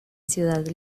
ciudad